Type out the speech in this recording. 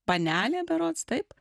panelė berods taip